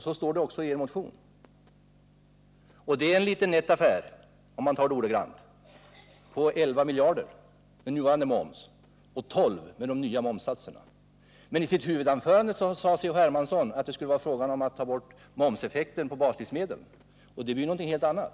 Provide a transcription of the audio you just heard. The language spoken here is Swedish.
Så står det också i motionen. Det är en liten nätt affär på 11 miljarder med nuvarande moms och 12 miljarder med de nya momssatserna. Men i sitt huvudanförande sade C.-H. Hermansson att det var fråga om att ta bort effekten av momsen på baslivsmedlens priser — och det blir någonting helt annat.